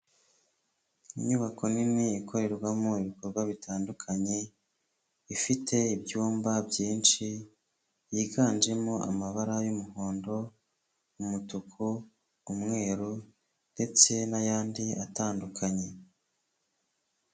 Inyubako nini ikorerwamo ibikorwa bitandukanye ifite ibyumba byinshi yiganjemo amabara y'umuhondo, umutuku, umweru ndetse n'ayandi atandukanye.